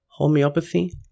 Homeopathy